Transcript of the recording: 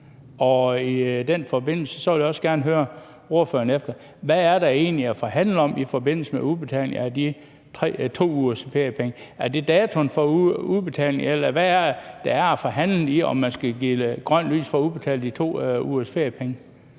Og i den forbindelse vil jeg også gerne høre ordføreren, hvad der egentlig er at forhandle om i forbindelse med udbetalingen af de 2 ugers feriepenge. Er det datoen for udbetalingen, eller hvad er det, der er at forhandle om med hensyn til at give grønt lys til at udbetale de 2 ugers feriepenge?